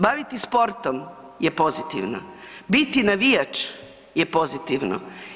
Baviti sportom je pozitivno, biti navijač je pozitivno.